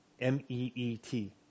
M-E-E-T